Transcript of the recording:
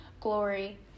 glory